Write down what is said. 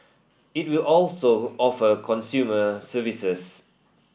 it will also offer consumer services